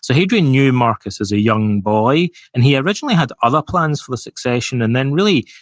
so hadrian knew marcus as a young boy, and he originally had other plans for the succession, and then really,